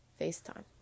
FaceTime